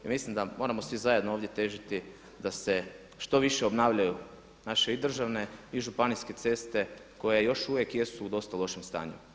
I mislim da moramo svi zajedno ovdje težiti da se što više obnavljaju naše i državne i županijske ceste koje još uvijek jesu u dosta lošem stanju.